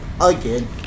again